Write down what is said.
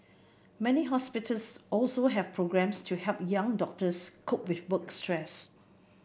many hospitals also have programmes to help young doctors cope with work stress